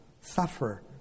suffer